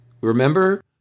remember